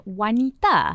wanita